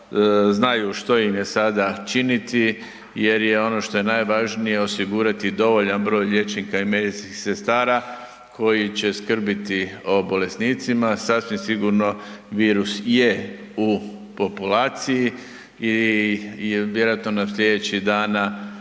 znaju što im je sada činiti, jer je ono što je najvažnije osigurati dovoljan broj liječnika i medicinskih sestara koji će skrbiti o bolesnicima. Sasvim sigurno virus je u populaciji i vjerojatno nas sljedećih dana